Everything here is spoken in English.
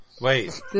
Wait